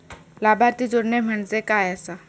लाभार्थी जोडणे म्हणजे काय आसा?